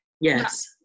Yes